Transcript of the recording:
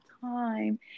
time